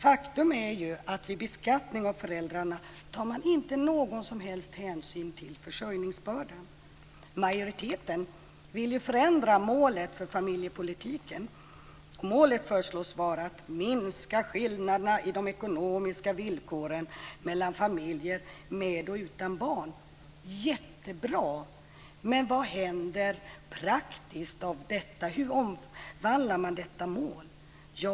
Faktum är ju att man vid beskattning av föräldrarna inte tar någon hänsyn till försörjningsbördan. Majoriteten vill förändra målet för familjepolitiken. Målet föreslås vara att minska skillnaderna i de ekonomiska villkoren mellan familjer med och utan barn. Jättebra, men vad händer praktiskt, hur omvandlar man detta till verklighet?